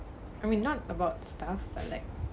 I mean not about stuff like that